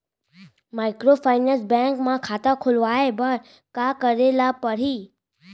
Microfinance bank म खाता खोलवाय बर का करे ल परही?